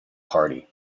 party